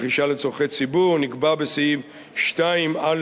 (רכישה לצורכי ציבור), נקבע בסעיף 2א(א)(9)